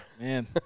Man